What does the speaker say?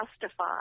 justify